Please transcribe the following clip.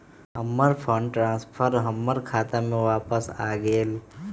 हमर fund transfer हमर खाता में वापस आ गेल